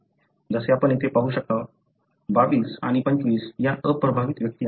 जसे आपण येथे पाहू शकता 22 आणि 25 या अप्रभावित व्यक्ती आहेत